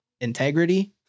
integrity